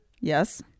Yes